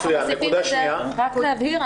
רק להבהיר,